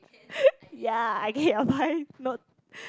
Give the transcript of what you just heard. ya I get your point note